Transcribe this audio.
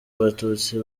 abatutsi